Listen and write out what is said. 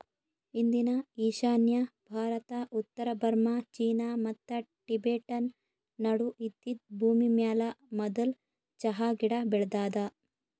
ಇಂದಿನ ಈಶಾನ್ಯ ಭಾರತ, ಉತ್ತರ ಬರ್ಮಾ, ಚೀನಾ ಮತ್ತ ಟಿಬೆಟನ್ ನಡು ಇದ್ದಿದ್ ಭೂಮಿಮ್ಯಾಲ ಮದುಲ್ ಚಹಾ ಗಿಡ ಬೆಳದಾದ